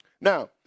Now